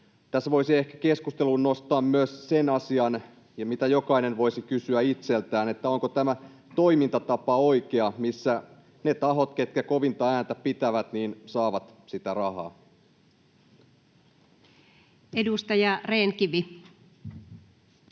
Tässä voisi ehkä keskusteluun nostaa myös sen asian, mitä jokainen voisi kysyä itseltään, että onko tämä toimintatapa oikea, missä ne tahot, ketkä pitävät kovinta ääntä, saavat sitä rahaa. Edustaja Rehn-Kivi.